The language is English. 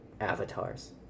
avatars